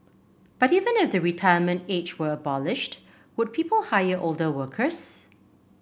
but even if the retirement age were abolished would people hire older workers